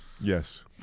Yes